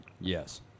Yes